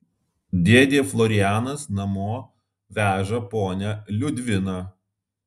dėdė florianas namo veža ponią liudviną